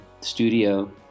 studio